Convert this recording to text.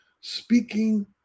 speaking